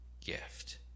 gift